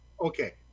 Okay